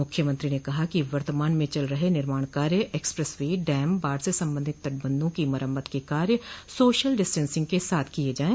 मुख्यमंत्री ने कहा कि वर्तमान में चल रहे निर्माण कार्य एक्सप्रेस वे डैम बाढ़ से संबंधित तटबंधों की मरम्मत के कार्य सोशल डिस्टेंसिंग के साथ किये जायें